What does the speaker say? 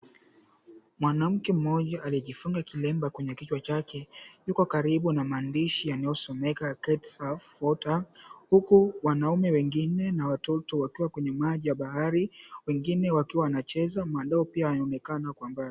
Mwanamke mmoja aliyejifunga kilemba kwenye kichwa chake yuko karibu na maandishi yanayosomeka, Kite Surfing Water huku wanaume na watoto wakiwa kwenye maji ya bahari wengine waonekana wakicheza, mandoo pia yaonekana kwa mbali.